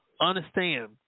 understand